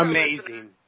Amazing